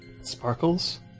Sparkles